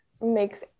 makes